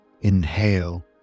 inhale